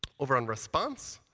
over on response,